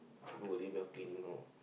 do a cleaning orh